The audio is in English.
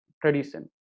tradition